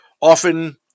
often